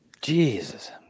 Jesus